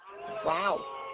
Wow